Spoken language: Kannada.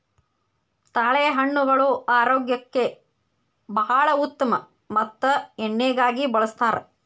ತಾಳೆಹಣ್ಣುಗಳು ಆರೋಗ್ಯಕ್ಕೆ ಬಾಳ ಉತ್ತಮ ಮತ್ತ ಎಣ್ಣಿಗಾಗಿ ಬಳ್ಸತಾರ